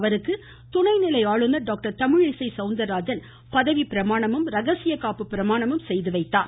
அவருக்கு துணை நிலை ஆளுநர் டாக்டர் தமிழிசை சௌந்தர்ராஜன் பதவி பிரமாணமும் ரகசிய காப்பு பிரமாணமும் செய்து வைத்தார்